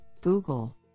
Google